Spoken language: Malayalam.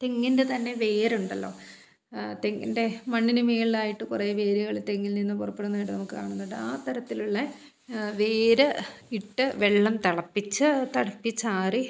തെങ്ങിൻ്റെ തന്നെ വേരുണ്ടല്ലോ തെങ്ങിൻ്റെ മണ്ണിനു മുകളിലായിട്ട് കുറേ വേരുകൾ തെങ്ങിൽ നിന്ന് പുറപ്പെടുന്നതായിട്ട് നമുക്ക് കാണുന്നുണ്ട് ആ തരത്തിലുള്ള വേര് ഇട്ട് വെള്ളം തിളപ്പിച്ച് തിളപ്പിച്ചാറി